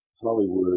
Hollywood